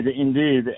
indeed